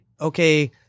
okay